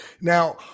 Now